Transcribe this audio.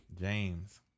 James